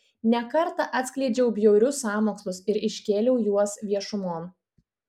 ne kartą atskleidžiau bjaurius sąmokslus ir iškėliau juos viešumon